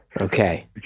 Okay